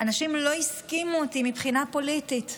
אנשים לא הסכימו איתי מבחינה פוליטית,